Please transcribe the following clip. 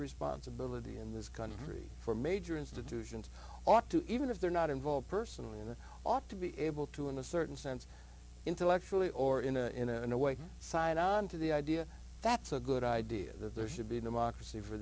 responsibility in this country for major institutions ought to even if they're not involved personally in the ought to be able to in a certain sense intellectually or in a in a in a way side on to the idea that's a good idea that there should be democracy for